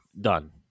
Done